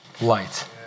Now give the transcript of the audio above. light